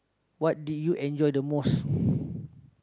what did you enjoy the most